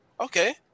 okay